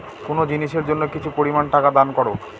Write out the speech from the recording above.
কোনো জিনিসের জন্য কিছু পরিমান টাকা দান করো